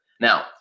Now